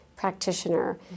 practitioner